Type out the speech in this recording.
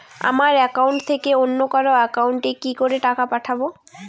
আমার একাউন্ট থেকে অন্য কারো একাউন্ট এ কি করে টাকা পাঠাবো?